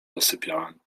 zasypiałem